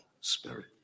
spirit